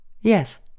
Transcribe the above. Yes